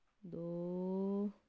ਦੋ